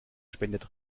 spendet